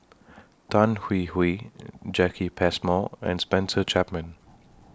Tan Hwee Hwee Jacki Passmore and Spencer Chapman